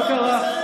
מה קרה?